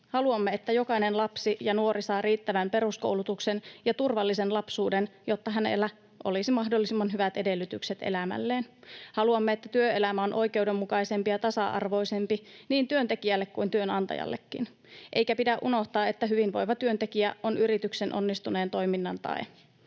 Haluamme, että jokainen lapsi ja nuori saa riittävän peruskoulutuksen ja turvallisen lapsuuden, jotta hänellä olisi mahdollisimman hyvät edellytykset elämälleen. Haluamme, että työelämä on oikeudenmukaisempi ja tasa-arvoisempi niin työntekijälle kuin työnantajallekin. Eikä pidä unohtaa, että hyvinvoiva työntekijä on yrityksen onnistuneen toiminnan tae.